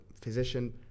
physician